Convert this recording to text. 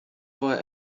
war